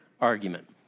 argument